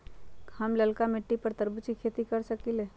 हम लालका मिट्टी पर तरबूज के खेती कर सकीले?